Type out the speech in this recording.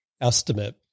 estimate